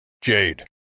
Jade